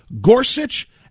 Gorsuch